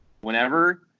Whenever